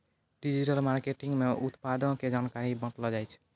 digital marketing मे उत्पादो के जानकारी बांटलो जाय छै